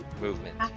movement